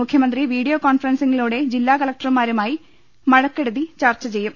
മുഖ്യ മന്ത്രി വീഡിയോ കോൺഫറൻസിങ്ങിലൂടെ ജില്ലാകലക്ടർമാരു മായി മഴക്കെടുതി ചർച്ചചെയ്യും